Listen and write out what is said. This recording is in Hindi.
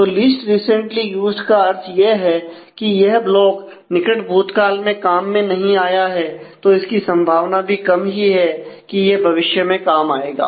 तो लीस्ट रिसेंटली यूज्ड का अर्थ यह है कि यह ब्लॉक निकट भूतकाल में काम में नहीं आया है तो इसकी संभावना भी कम ही है कि यह भविष्य में काम आएगा